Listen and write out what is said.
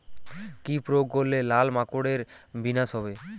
কি প্রয়োগ করলে লাল মাকড়ের বিনাশ হবে?